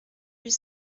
huit